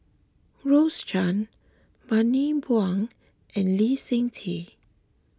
Rose Chan Bani Buang and Lee Seng Tee